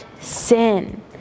sin